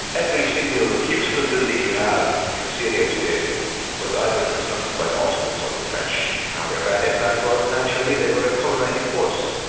every single beautiful building you have in syria today was either constructed by the ottomans or the french. now their bad impact was naturally, they were a colonising force.